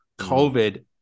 COVID